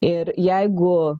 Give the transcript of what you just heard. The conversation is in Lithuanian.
ir jeigu